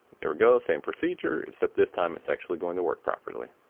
there it goes same procedure except this time it's actually going to work properly.